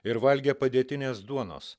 ir valgė padėtinės duonos